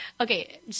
okay